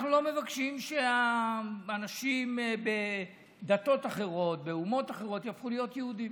אנחנו לא מבקשים שהאנשים בדתות אחרות ואומות אחרות יהפכו להיות יהודים.